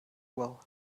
well